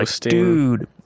dude